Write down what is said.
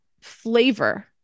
flavor